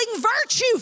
virtue